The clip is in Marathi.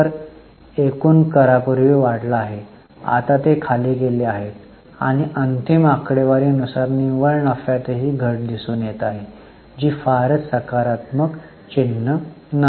कर एकूण कर पूर्वी वाढले होते आता ते खाली गेले आहेत आणि अंतिम आकडेवारी नुसार निव्वळ नफ्यातही घट दिसून येत आहे जी फारच सकारात्मक चिन्ह नाही